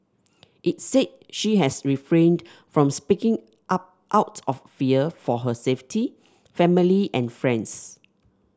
it said she has refrained from speaking up out of fear for her safety family and friends